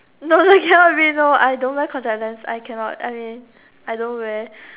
no no cannot be no I don't wear contact lens I cannot I mean I don't wear